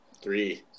Three